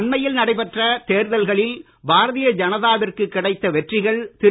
அண்மையில் நடைபெற்ற தேர்தல்களில் பாரதிய ஜனதாவிற்கு கிடைத்த வெற்றிகள் திரு